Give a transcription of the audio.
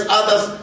others